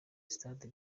stade